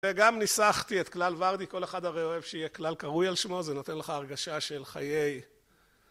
וגם ניסחתי את כלל ורדי כל אחד הרי אוהב שיהיה כלל קרוי על שמו זה נותן לך הרגשה של חיי